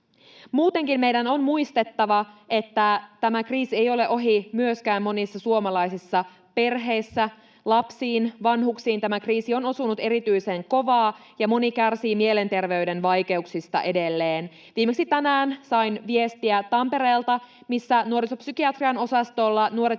Muutenkin meidän on muistettava, että tämä kriisi ei ole ohi myöskään monissa suomalaisissa perheissä. Lapsiin, vanhuksiin tämä kriisi on osunut erityisen kovaa, ja moni kärsii mielenterveyden vaikeuksista edelleen. Viimeksi tänään sain viestiä Tampereelta, missä nuorisopsykiatrian osastolla nuoret